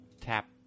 tap